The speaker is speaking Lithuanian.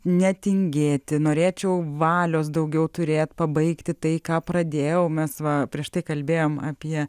netingėti norėčiau valios daugiau turėt pabaigti tai ką pradėjau mes va prieš tai kalbėjom apie